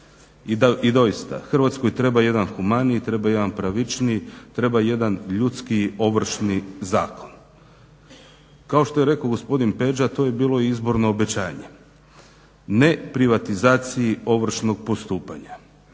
i doista Hrvatskoj treba jedan humaniji, treba jedan pravičniji, treba jedan ljudskiji Ovršni zakon. Kao što je rekao gospodin Peđa to je bilo izborno obećanje. Ne privatizaciji ovršnog postupanja.